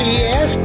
yes